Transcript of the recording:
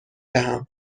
دهم